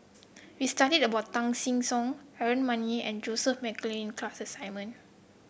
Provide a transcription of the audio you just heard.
we studied about Tan Che Sang Aaron Maniam and Joseph McNally in class assignment